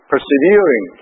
Persevering